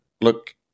look